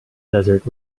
desert